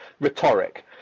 rhetoric